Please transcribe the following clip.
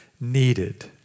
needed